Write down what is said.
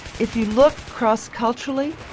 if you look cross-culturally,